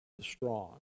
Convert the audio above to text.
strong